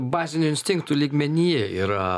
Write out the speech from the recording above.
bazinių instinktų lygmenyje yra